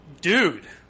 Dude